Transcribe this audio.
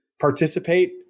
participate